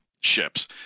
ships